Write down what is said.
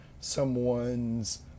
someone's